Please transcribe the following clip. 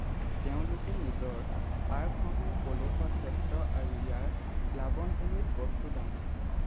তেওঁলোকে নিজৰ পাৰ খহাই পলসুৱা ক্ষেত্ৰ আৰু ইয়াৰ প্লাৱনভূমিত বস্তু দমাই